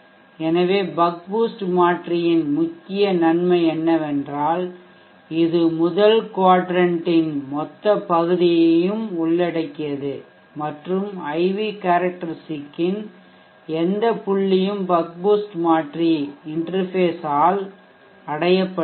எனவே buck boost மாற்றியின் முக்கிய நன்மை என்னவென்றால் இது முதல் க்வாட்ரன்ட் இன் மொத்த பகுதியையும் உள்ளடக்கியது மற்றும் IV கேரக்டெரிஸ்டிக் ன் எந்த புள்ளியும் பக் பூஸ்ட் மாற்றி இன்டெர்ஃபேஸ் ஆல் இடைமுகத்தால் அடையப்படுகிறது